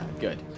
Good